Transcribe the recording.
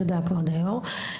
תודה כבוד היו״ר.